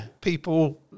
people